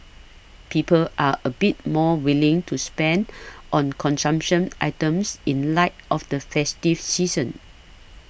people are a bit more willing to spend on consumption items in light of the festive season